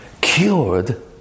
cured